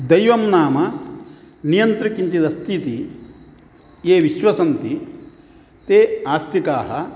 दैवं नाम नियन्तृ किञ्चित् अस्ति इति ये विश्वसन्ति ते आस्तिकाः